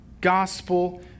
gospel